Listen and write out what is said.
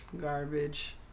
garbage